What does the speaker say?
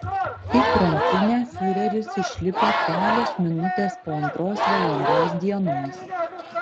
į krantinę fiureris išlipo kelios minutės po antros valandos dienos